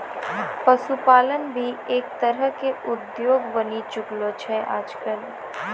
पशुपालन भी एक तरह के उद्योग बनी चुकलो छै आजकल